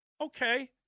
Okay